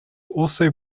also